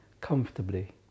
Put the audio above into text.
comfortably